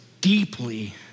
deeply